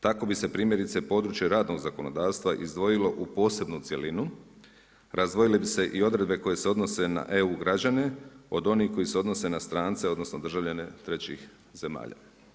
Tko bi se primjerice područje radnog zakonodavstva izdvojilo u posebnu cjelinu, razdvojile bi se i odredbe koje se odnose na EU građane od onih koji se odnose na strance, odnosno državljane trećih zemalja.